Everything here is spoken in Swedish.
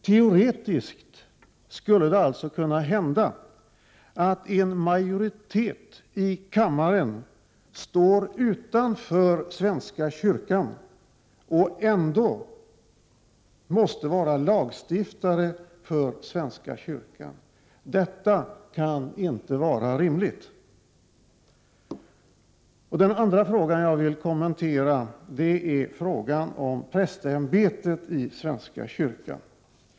Teoretiskt skulle det alltså kunna hända att en majoritet i kammaren står utanför svenska kyrkan och ändå måste vara lagstiftare för svenska kyrkan. Detta kan inte vara rimligt. Den andra fråga som jag vill kommentera gäller prästämbetet i katolska kyrkan.